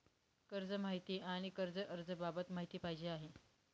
कर्ज माहिती आणि कर्ज अर्ज बाबत माहिती पाहिजे आहे